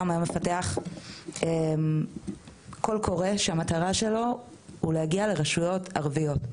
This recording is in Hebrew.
שהיום מפתח ׳קול קורא׳ שהמטרה שלו היא להגיע לרשויות ערביות.